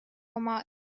oma